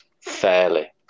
fairly